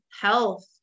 health